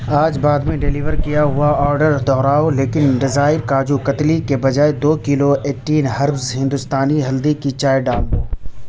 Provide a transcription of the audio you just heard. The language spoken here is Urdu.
آج بعد میں ڈلیور کیا ہوا آڈر دوہراؤ لیکن ڈیزائی کاجو کتلی کے بجائے دو کلو ایٹین ہربز ہندوستانی ہلدی کی چائے ڈال دو